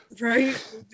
Right